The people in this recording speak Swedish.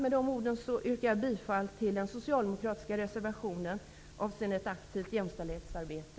Med dessa ord yrkar jag bifall till den socialdemokratiska reservationen under mom. 13, avseende ett aktivt jämställdhetsarbete.